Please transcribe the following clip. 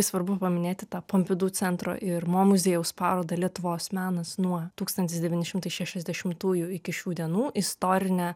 svarbu paminėti tą pompidu centro ir mo muziejaus parodą lietuvos menas nuo tūkstantis devyni šimtai šešiasdešimtųjų iki šių dienų istorinę